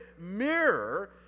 mirror